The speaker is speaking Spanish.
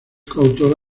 coautora